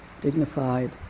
dignified